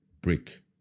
brick